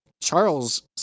Charles